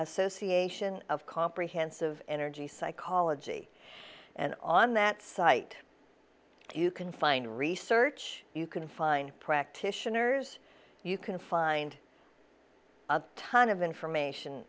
association of comprehensive energy psychology and on that site you can find research you can find practitioners you can find a ton of information